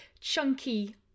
chunky